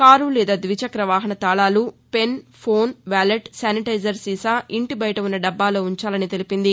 car లేదా ద్విచక్రవాహన తాళాలు పెన్ ఫోన్ వాలెట్ శానిటైజర్ సీసా ఇంటి బయట ఉన్న డబ్బాలో ఉంచాలని పేర్కొంది